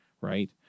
Right